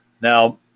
Now